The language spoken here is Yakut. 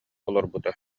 олорбута